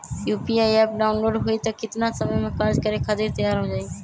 UPI app download होई त कितना समय मे कार्य करे खातीर तैयार हो जाई?